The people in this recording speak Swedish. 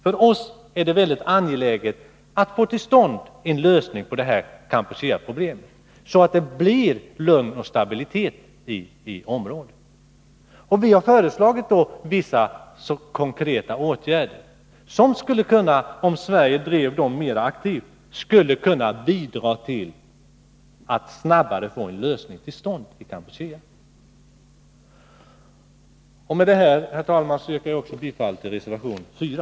För oss är det väldigt angeläget att få till stånd en lösning på Kampucheaproblemet, så att det blir lugn och stabilitet i området. Vi har föreslagit vissa konkreta åtgärder som, om Sverige drev dem mera aktivt, skulle kunna bidra till att snabbare få en lösning till stånd i Kampuchea. Herr talman! Med det här yrkar jag också bifall till reservation 4.